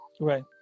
Right